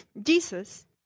Jesus